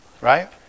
Right